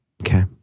okay